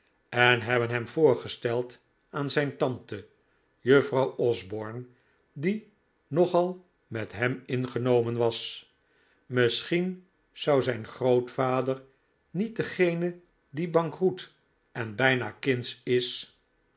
en hebben hem voorgesteld aan zijn tante juffrouw o die nogal met hem ingenomen was misschien zou zijn grootvader niet degene die bankroet en bijna kindsch is